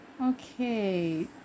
Okay